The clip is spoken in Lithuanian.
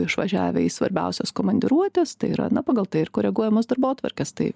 išvažiavę į svarbiausias komandiruotes tai yra na pagal tai ir koreguojamos darbotvarkės tai